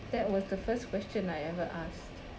that was the first question I ever asked